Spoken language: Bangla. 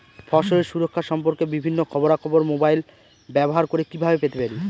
ফসলের সুরক্ষা সম্পর্কে বিভিন্ন খবরা খবর মোবাইল ব্যবহার করে কিভাবে পেতে পারি?